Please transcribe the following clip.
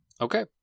Okay